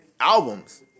albums